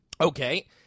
Okay